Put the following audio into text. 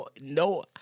no